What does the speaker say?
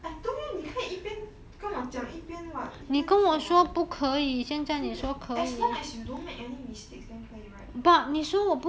I told you 你可以一边跟我讲一边一边做 what as long as you don't make any mistakes then 可以 right